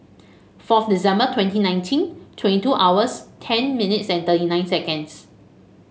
fourth December twenty nineteen twenty two hours ten minutes and thirty nine seconds